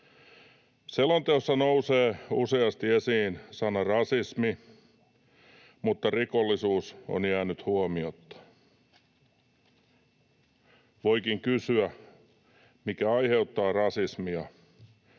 Selonteossa nousee useasti esiin sana ”rasismi”, mutta rikollisuus on jäänyt huomiotta. Voikin kysyä: mikä aiheuttaa rasismia?